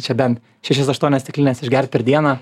čia bent šešias aštuonias stiklines išgert per dieną